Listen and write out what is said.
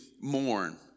mourn